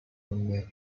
net